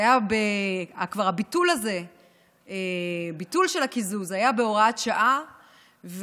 הביטול של הקיזוז היה בהוראת שעה,